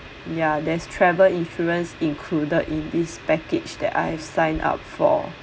ya there's travel insurance included in this package that I've signed up for